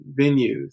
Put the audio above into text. venues